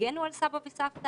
תגנו על סבא וסבתא.